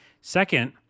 Second